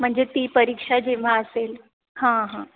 म्हणजे ती परीक्षा जेव्हा असेल हां हां